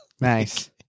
Nice